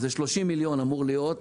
30 מיליון אמור להיות.